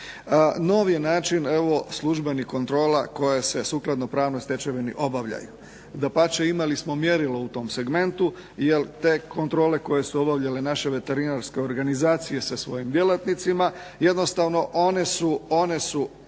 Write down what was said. Novi je način evo službenih kontrola koje se sukladno pravnoj stečevini obavljaju. Dapače imali smo mjerilo u tom segmentu, jer te kontrole koje su obavljale naše veterinarske organizacije sa svojim djelatnicima jednostavno one su